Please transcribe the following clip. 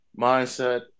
mindset